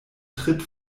tritt